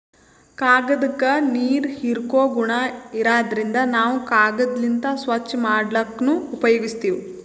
ಕಾಗ್ದಾಕ್ಕ ನೀರ್ ಹೀರ್ಕೋ ಗುಣಾ ಇರಾದ್ರಿನ್ದ ನಾವ್ ಕಾಗದ್ಲಿಂತ್ ಸ್ವಚ್ಚ್ ಮಾಡ್ಲಕ್ನು ಉಪಯೋಗಸ್ತೀವ್